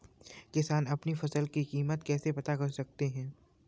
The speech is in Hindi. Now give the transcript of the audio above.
किसान अपनी फसल की कीमत कैसे पता कर सकते हैं?